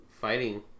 fighting